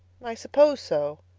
i suppose so,